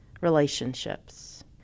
relationships